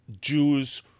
Jews